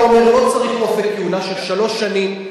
אתה אומר שלא צריך אופק כהונה של שלוש שנים,